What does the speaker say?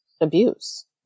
abuse